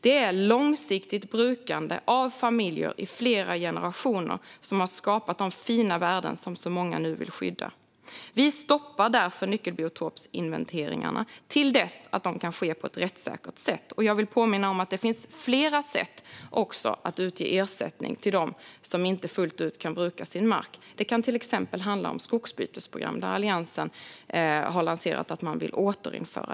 Det är långsiktigt brukande av familjer i flera generationer som har skapat de fina värden som så många nu vill skydda. Vi stoppar därför nyckelbiotopsinventeringarna till dess att de kan ske på ett rättssäkert sätt. Jag vill också påminna om att det finns flera sätt att utge ersättning till dem som inte fullt ut kan bruka sin mark. Det kan till exempel handla om skogsbytesprogram, som Alliansen har lanserat att man vill återinföra.